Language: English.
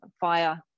fire